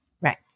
Right